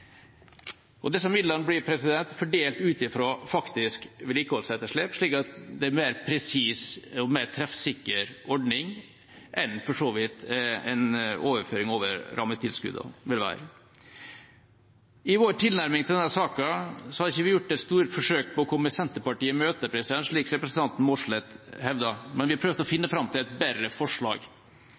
rassikringstiltak. Disse midlene blir fordelt ut fra faktisk vedlikeholdsetterslep, slik at det er en mer presis og treffsikker ordning enn en overføring over rammetilskuddene for så vidt vil være. I vår tilnærming til denne saken har vi ikke gjort store forsøk på å komme Senterpartiet i møte, slik representanten Mossleth hevdet, men vi har prøvd å finne fram til et bedre forslag,